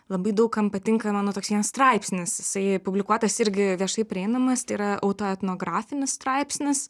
labai daug kam patinka mano toks vienas straipsnis jisai publikuotas irgi viešai prieinamas tai yra autoetnografinis straipsnis